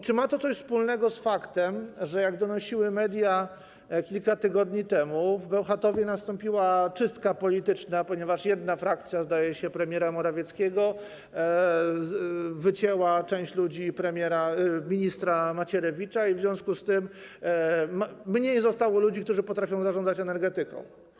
Czy ma to coś wspólnego z faktem, jak donosiły media kilka tygodni temu, że w Bełchatowie nastąpiła czystka polityczna, ponieważ jedna frakcja, zdaje się premiera Morawieckiego, wycięła część ludzi ministra Macierewicza, w związku z czym mniej zostało ludzi, którzy potrafią zarządzać energetyką?